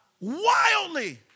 wildly